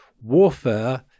warfare